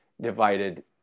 divided